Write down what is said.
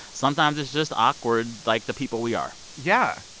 sometimes it's just awkward like the people we are yeah.